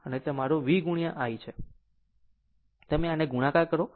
આમ તે તમારું V ગુણ્યા i છે અને તમે આને ગુણાકાર કરો